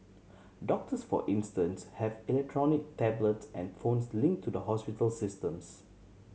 doctors for instance have electronic tablets and phones linked to the hospital systems